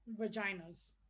vaginas